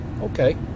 okay